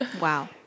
wow